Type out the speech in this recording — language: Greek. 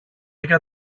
για